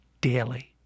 daily